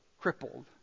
crippled